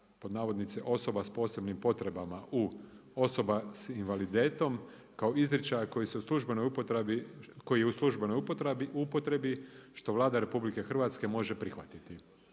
pod navodnicima osoba s posebnim potrebama u osoba s invaliditetom, kao izričaja koji se u službenoj upotrebi, koji u službenoj upotrebi, što Vlada RH, može prihvatiti.